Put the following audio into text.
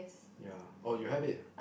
ya oh you have it